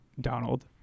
Donald